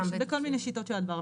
בכל מיני שיטות של הדברה.